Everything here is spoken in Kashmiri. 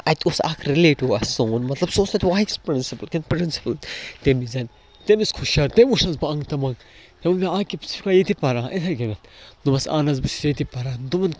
اَتہِ اوس اَکھ رِلیٚٹِو آس سون مطلب سُہ اوس تَتہِ وایِس پرٛنٛسٕپٕل کِنہٕ پرٛنٛسِپٕل تَمہِ وِزٮ۪ن تٔمِس کھوٚت شا تٔمۍ وُچھنس بہٕ انٛگ تہٕ منٛگ تٔمۍ ووٚن مےٚ عاقب ژٕ چھُکھا ییٚتہِ پَران یِتھَے کٔنٮ۪تھ دوٚپمس اَہن حظ بہٕ چھُس ییٚتی پَران دوٚپُن